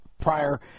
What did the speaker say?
prior